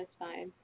satisfied